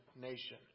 nation